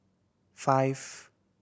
five